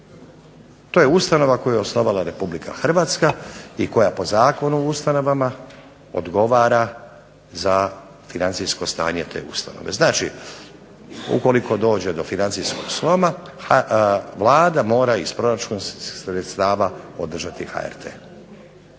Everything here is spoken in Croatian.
To je ustanova koju je osnovala Republika Hrvatska i koja po Zakonu o ustanovama odgovara za financijsko stanje te ustanove. Znači ukoliko dođe do financijskog sloma Vlada mora iz proračunskih sredstava održati HRT.